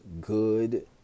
good